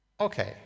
okay